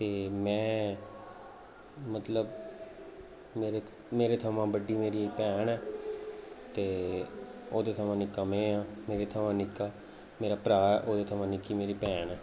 ते में मतलब मेरे थमां बड्डी मेरी इक भैन ऐ ते ओह्दे थमां निक्का में आं मेरे थमां निक्का मेरा भ्राऽ ऐ ओह्दे थमां निक्की भैन ऐ